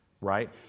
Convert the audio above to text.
right